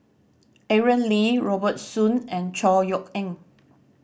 Aaron Lee Robert Soon and Chor Yeok Eng